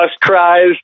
cries